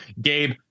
Gabe